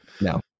No